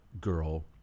girl